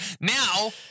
Now